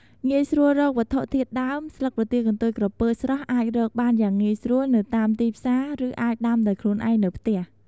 ងាយស្រួលរកវត្ថុធាតុដើម ស្លឹកប្រទាលកន្ទុយក្រពើស្រស់អាចរកបានយ៉ាងងាយស្រួលនៅតាមទីផ្សារ ឬអាចដាំដោយខ្លួនឯងនៅផ្ទះ។